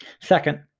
Second